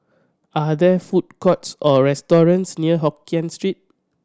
are there food courts or restaurants near Hokien Street